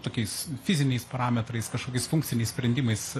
tokiais fiziniais parametrais kažkokiais funkciniais sprendimais